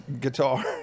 guitar